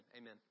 Amen